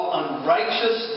unrighteous